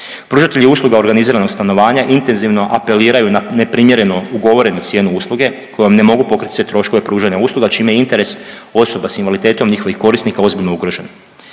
Pružatelji usluga o organiziranog stanovanja intenzivno apeliraju na neprimjereno ugovorenu cijenu usluge kojom ne mogu pokrit sve troškove pružanja usluga čime je interes osoba s invaliditetom i njihovih korisnika ozbiljno ugrožen.